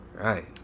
Right